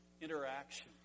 interaction